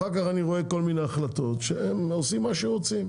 אחר כך אני רואה כל מיני החלטות שהם עושים מה שרוצים.